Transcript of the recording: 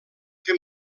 que